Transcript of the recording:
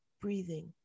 breathing